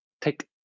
take